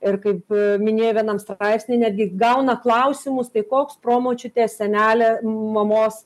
ir kaip minėjo vienam straipsny netgi gauna klausimus tai koks pro močiutės senelė mamos